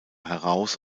heraus